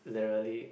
the really